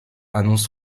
annonce